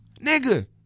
Nigga